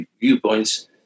viewpoints